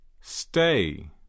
Stay